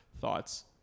Thoughts